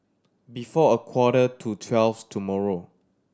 before a quarter to twelve tomorrow